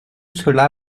cela